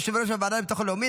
יושב-ראש הוועדה לביטחון לאומי,